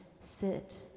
sit